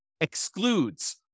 excludes